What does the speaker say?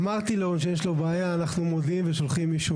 אמרתי לאורן שאם יש לו בעיה אנחנו מודיעים ושולחים מישהו